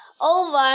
over